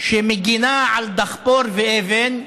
שמגינה על דחפור ואבן,